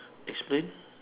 explain